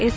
S